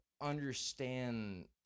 understand